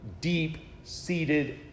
deep-seated